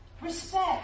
respect